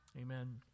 Amen